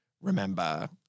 remember